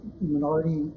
minority